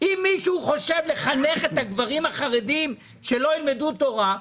אם מישהו רוצה שהגברים החרדים לא ילמדו תורה,